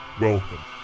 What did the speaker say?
Welcome